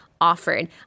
offered